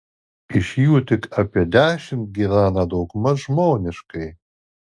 iš jų tik apie dešimt gyvena daugmaž žmoniškai